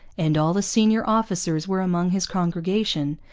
and all the senior officers were among his congregation,